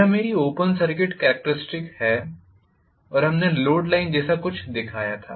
यह मेरी open circuit characteristics है और हमने लोड लाइन जैसा कुछ दिखाया था